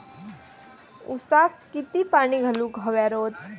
ऊसाक किती पाणी घालूक व्हया रोज?